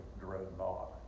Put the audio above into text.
Dreadnought